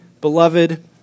beloved